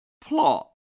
plot